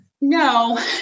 no